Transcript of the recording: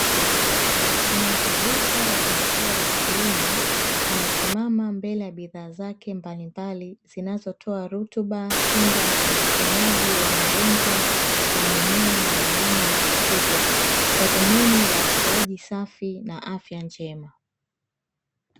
Muuza duka wa jinsia ya Kiume amesimama mbele ya bidhaa zake mbalimbali zinazotoa rutuba, kinga na uponyaji wa magonjwa ya mimea na wanyama wa kufugwa kwa dhumuni la ukuaji safi na afya njema.